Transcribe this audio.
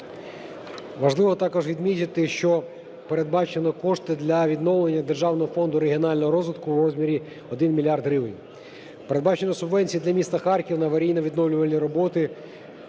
Важливо також відмітити, що передбачено кошти для відновлення Державного фонду регіонального розвитку у розмірі один мільярд гривень. Передбачено субвенції для міста Харків на аварійно-відновлювальні роботи.